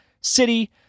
city